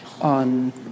on